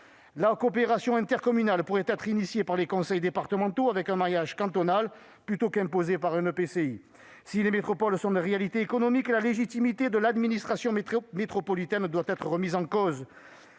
La coopération intercommunale pourrait être mise en oeuvre par les conseils départementaux avec un maillage cantonal, plutôt qu'imposée par un EPCI. Si les métropoles sont des réalités économiques, la légitimité de l'administration métropolitaine doit être remise en cause.